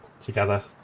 together